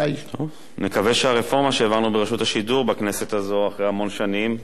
נקווה שהרפורמה שהעברנו ברשות השידור בכנסת הזאת אחרי המון שנים,